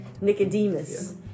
Nicodemus